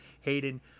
hayden